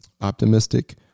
optimistic